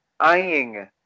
Eyeing